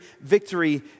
victory